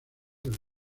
los